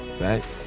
right